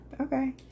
Okay